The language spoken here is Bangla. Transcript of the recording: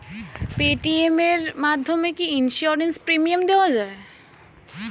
পেটিএম এর মাধ্যমে কি ইন্সুরেন্স প্রিমিয়াম দেওয়া যায়?